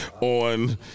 on